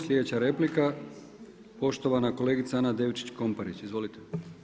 Sljedeća replika poštovana kolegica Ana Devčić Komparić, izvolite.